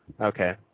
Okay